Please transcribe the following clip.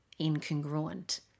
incongruent